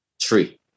Tree